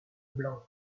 blanche